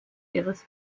ihres